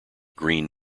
green